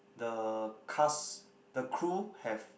the cast the crew have